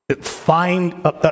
Find